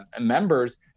members